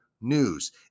news